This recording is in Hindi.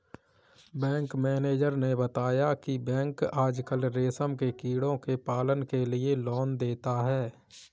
बैंक मैनेजर ने बताया की बैंक आजकल रेशम के कीड़ों के पालन के लिए लोन देता है